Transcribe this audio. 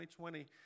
2020